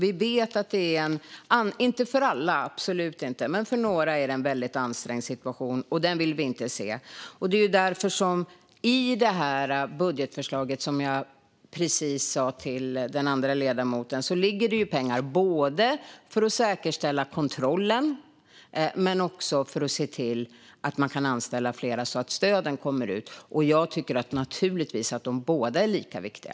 Vi vet att det för några - absolut inte för alla - är en väldigt ansträngd situation, och den vill vi inte se. Det är därför det i detta budgetförslag, som jag precis sa till den andre ledamoten, ligger pengar både för att säkerställa kontrollen och för att se till att man kan anställa fler så att stöden kommer ut. Jag tycker naturligtvis att båda är lika viktiga.